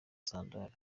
sandari